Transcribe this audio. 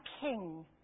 king